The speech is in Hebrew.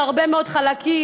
יש הרבה מאוד חלקים,